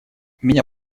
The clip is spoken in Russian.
меня